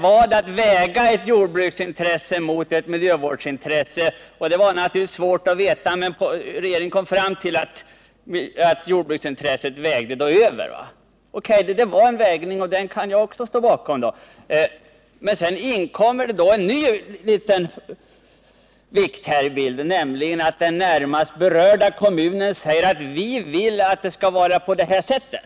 Det gällde att väga ett jordbruksintresse mot ett miljövårdsintresse. Det var svårt att ta ställning, men regeringen kom fram till att jordbruksintresset vägde över. Det gjordes alltså en bedömning, och den kan också jag då ställa mig bakom. Men det har sedan dess tillkommit en ny vikt i ena vågskålen, nämligen att den närmast berörda kommunen uttalar att den inte vill att frågan skall lösas på visst sätt.